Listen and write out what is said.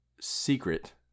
secret